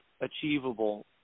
achievable